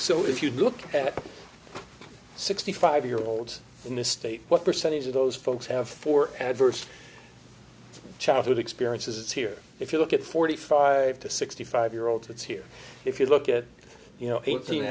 so if you look at sixty five year olds in this state what percentage of those folks have for adverse childhood experiences here if you look at forty five to sixty five year olds it's here if you look at you know eighteen